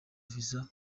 visa